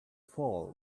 fall